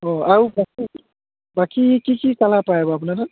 অঁ আৰু বাকী বাকী কি কি কালাৰ পায় বাৰু আপোনাৰ তাত